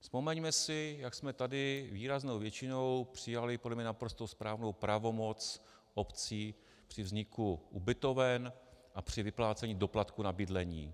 Vzpomeňme si, jak jsme tady výraznou většinou přijali podle mě naprosto správnou pravomoc obcí při vzniku ubytoven a při vyplácení doplatku na bydlení.